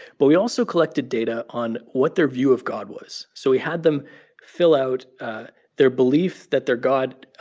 but we also collected data on what their view of god was. so we had them fill out their belief that their god